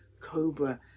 cobra